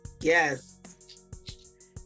yes